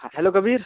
हां हॅलो कबीर